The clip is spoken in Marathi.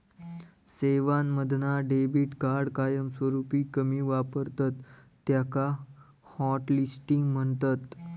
सेवांमधना डेबीट कार्ड कायमस्वरूपी कमी वापरतत त्याका हॉटलिस्टिंग म्हणतत